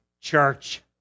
church